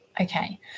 Okay